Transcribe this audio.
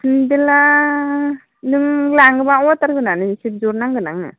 फुंबेला नों लाङोबा अर्डार होनानैसो बिहरनांगोन आङो